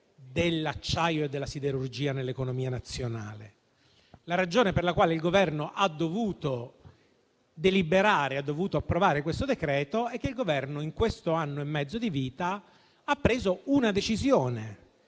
dell'acciaio e della siderurgia nell'economia nazionale. La ragione per la quale il Governo ha dovuto deliberare e approvare questo decreto-legge è che, in questo anno e mezzo di vita, il Governo ha preso una decisione